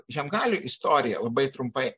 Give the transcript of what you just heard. žiemgalių istoriją labai trumpai